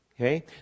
Okay